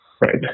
Right